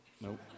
Nope